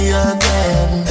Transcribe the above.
again